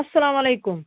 اسلام علیکُم